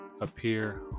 appear